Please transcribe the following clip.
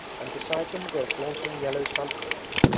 and beside them grow flaunting yellow sunflowers,